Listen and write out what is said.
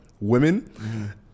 women